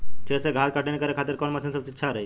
खेत से घास कटनी करे खातिर कौन मशीन सबसे अच्छा रही?